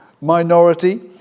minority